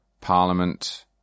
Parliament